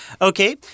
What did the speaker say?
Okay